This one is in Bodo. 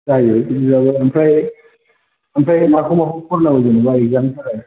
जायो बिदिबाबो ओमफ्राय माखौ माखौ फरायनांगौ फरायनोबा एग्जामनि थाखाय